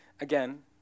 again